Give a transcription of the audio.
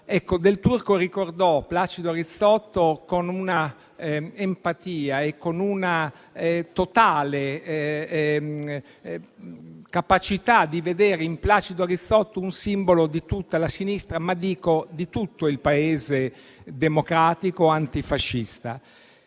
Del Turco ricordò Placido Rizzotto con un'empatia e una totale capacità di vedere in lui un simbolo non solo di tutta la sinistra, ma - io dico - di tutto il Paese democratico antifascista.